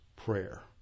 prayer